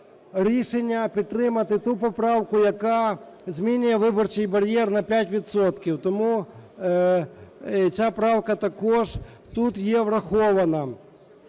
рішення підтримати ту поправку, яка змінює виборчий бар'єр на 5 відсотків. Тому ця правка також тут є врахована.